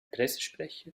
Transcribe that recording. pressesprecher